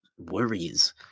worries